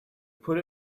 put